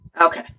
Okay